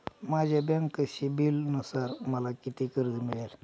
माझ्या बँक सिबिलनुसार मला किती कर्ज मिळेल?